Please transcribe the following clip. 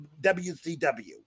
WCW